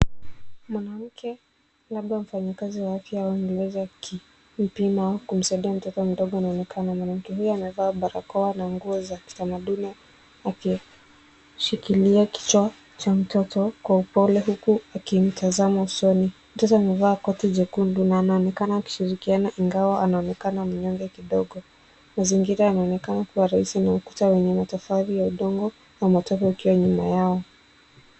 Mwanamke, labda mfanyikazi wa afya au maelezo akimpima au kumsaidia mtoto mdogo anaonekana. Mwanamke huyu amevaa barakoa na nguo za kitamaduni akishikilia kichwa cha mtoto kwa upole huku akimtazama usoni. Mtoto amevaa koti jekundu na anaonekana akishirikiana ingawa anaonekana mnyonge kidogo. Mazingira yanaonekana kuwa rahisi na ukuta wenye matofali ya udongo na matope ukiwa nyuma yao.